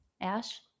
Ash